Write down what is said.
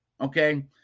okay